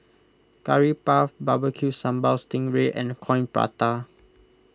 Curry Puff Barbecue Sambal Sting Ray and Coin Prata